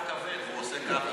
הוא שומע רוק כבד, הוא עושה ככה.